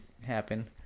happen